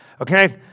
Okay